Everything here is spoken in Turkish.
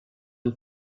yıl